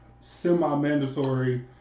semi-mandatory